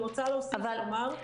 איריס,